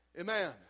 Amen